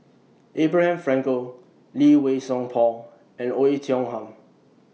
Abraham Frankel Lee Wei Song Paul and Oei Tiong Ham